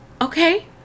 Okay